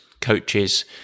coaches